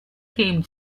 came